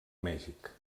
mèxic